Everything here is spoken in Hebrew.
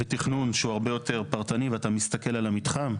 בתכנון שהוא יותר פרטני, ואתה מסתכל על המתחם,